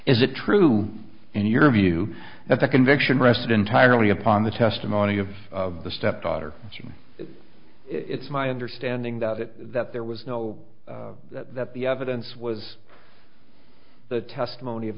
is it true in your view that the conviction rested entirely upon the testimony of the stepdaughter it's my understanding that it that there was no that the evidence was the testimony